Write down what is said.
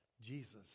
Jesus